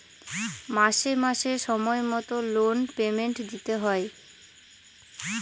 মাসে মাসে সময় মতো লোন পেমেন্ট দিতে হয়